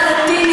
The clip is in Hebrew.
רבותיי.